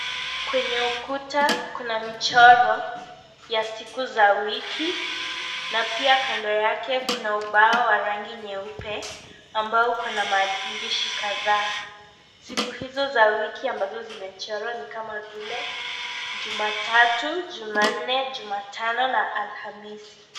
Kwenye ukuta kuna michoro ya siku za wiki na pia kando yake kuna ubao wa rangi nyeupe ambao ukona maandishi kadhaa . Siku hizo za wiki ambazo zimechora ni kama vile jumatatu, jumanne , jumatano na alhamisi.